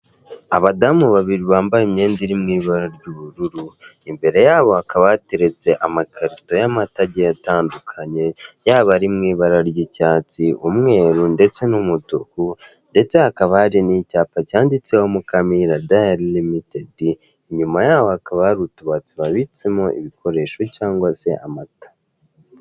Abadamu babiri bambaye imyenda iri mu ibara ry'ubururu imbere yabo ha bakaba bateretse amakarito y'amatage atandukanye yaba ari mu ibara ry'icyatsi umweru ndetse n'umutuku ndetse hakaba hari n'icyapa cyanditseho mukamira dayari rimitedi inyuma yaho hakaba hari utubati babitsemo ibikoresho cyangwa se amata.